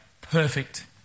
perfect